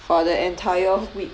for the entire week